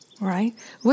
right